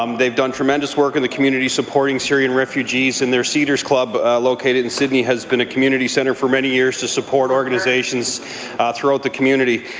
um they have done tremendous work in the community supporting syrian refugees in their cedars club, located in sydney, which has been a community centre for many years to support organizations ah throughout the community.